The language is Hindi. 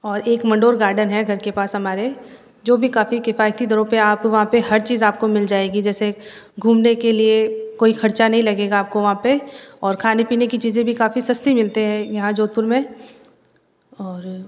और एक मंडौर गार्डन है घर के पास हमारे जो भी काफ़ी किफ़ायती दरों पर आप वहाँ पर हर चीज़ आपको मिल जाएगी जैसे घूमने के लिए कोई खर्चा नहीं लगेगा आपको वहाँ पे और खाने पीने की चीज़ें भी काफ़ी सस्ती मिलते हैं यहाँ जोधपुर में और